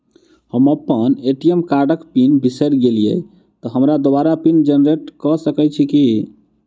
हम अप्पन ए.टी.एम कार्डक पिन बिसैर गेलियै तऽ हमरा दोबारा पिन जेनरेट कऽ सकैत छी की?